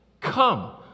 come